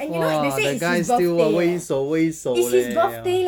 !wah! that guy still 微手微手 leh